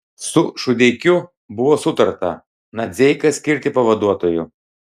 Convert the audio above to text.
su šudeikiu buvo sutarta nadzeiką skirti pavaduotoju